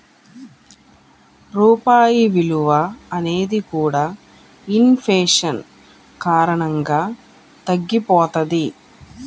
రూపాయి విలువ అనేది కూడా ఇన్ ఫేషన్ కారణంగా తగ్గిపోతది